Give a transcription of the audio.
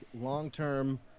long-term